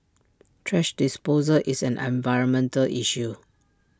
thrash disposal is an environmental issue